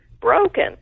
broken